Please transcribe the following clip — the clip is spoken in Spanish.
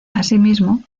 asimismo